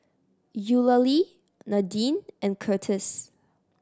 Eulalie Nadine and Curtis